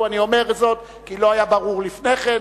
אני אומר זאת כי לא היה ברור לפני כן.